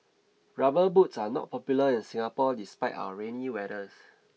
rubber boots are not popular in Singapore despite our rainy weathers